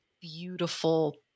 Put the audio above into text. beautiful